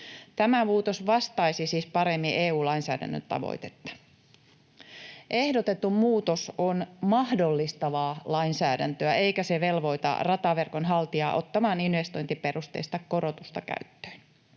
Tämä muutos vastaisi siis paremmin EU-lainsäädännön tavoitetta. Ehdotettu muutos on mahdollistavaa lainsäädäntöä, eikä se velvoita rataverkon haltijaa ottamaan investointiperusteista korotusta käyttöön.